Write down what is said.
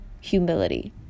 humility